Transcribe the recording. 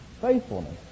Faithfulness